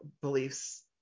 beliefs